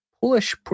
Polish